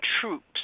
troops